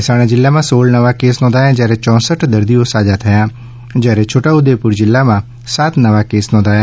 મહેસાણા જિલ્લામાં સોળ નવા કેસ નોંધાયા જયારે યોસઠ દર્દીઓ સાજા થયા જયારે છોટા ઉદેપુર જીલ્લામાં સાત નવા કેસ નોધાયા